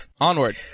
Onward